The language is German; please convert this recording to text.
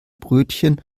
brötchen